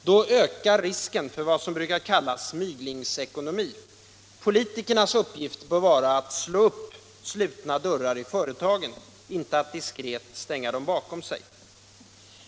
Då ökar risken för vad som brukar kallas mygelekonomi. Politikernas uppgift bör vara att slå upp slutna dörrar i företagen, inte att diskret stänga dem bakom sig.